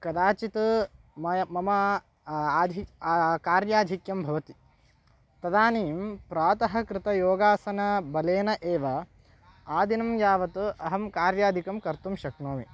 कदाचित् मय मम अधिकं कार्याधिक्यं भवति तदानीं प्रातः कृतयोगासनबलेन एव आदिनं यावत् अहं कार्यादिकं कर्तुं शक्नोमि